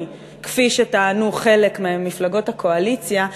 כפי שטענו חלק ממפלגות הקואליציה,